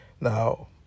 Now